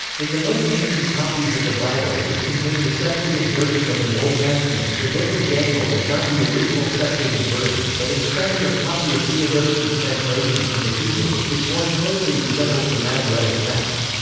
in the most ancient copies of the bible which contain the septuagint version of the old testament, the book of daniel is not the original septuagint version, but instead is a copy of theodotion's translation from the hebrew, which more closely resembles the masoretic text.